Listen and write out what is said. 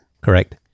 correct